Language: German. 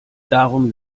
darum